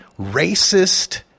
racist